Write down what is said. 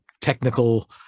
technical